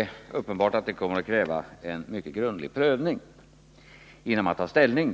är uppenbart att införandet av en sådan skulle kräva en mycket grundlig prövning innan man tar ställning.